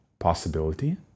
possibility